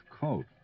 coat